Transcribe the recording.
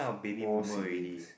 more siblings